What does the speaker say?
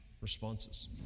responses